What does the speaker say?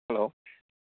hello